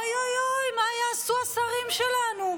אוי אוי אוי, מה יעשו השרים שלנו?